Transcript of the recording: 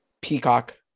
Peacock